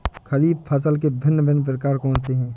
खरीब फसल के भिन भिन प्रकार कौन से हैं?